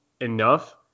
enough